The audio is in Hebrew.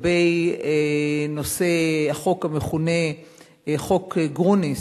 לגבי החוק המכונה "חוק גרוניס",